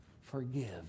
forgive